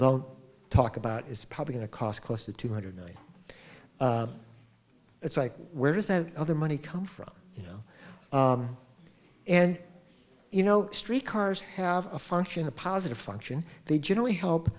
don't talk about is probably going to cost close to two hundred million it's like where does that other money come from you know and you know street cars have a function a positive function they generally help